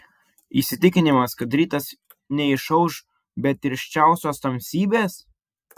įsitikinimas kad rytas neišauš be tirščiausios tamsybės